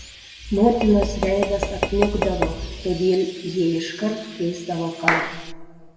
motinos veidas apniukdavo todėl jie iškart keisdavo kalbą